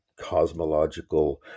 cosmological